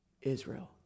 Israel